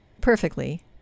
Perfectly